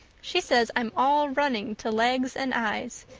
she says i'm all running to legs and eyes.